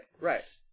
right